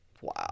Wow